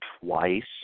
twice